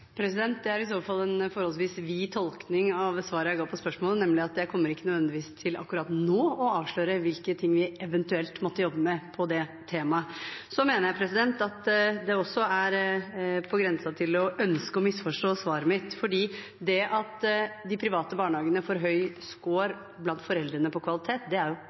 Det er i så fall en forholdsvis vid tolkning av svaret jeg ga på spørsmålet, nemlig at jeg kommer ikke nødvendigvis til akkurat nå å avsløre hvilke ting vi eventuelt måtte jobbe med på det temaet. Så mener jeg at det også er på grensen til å ønske å misforstå svaret mitt, for at de private barnehagene får høy score blant foreldrene på kvalitet, er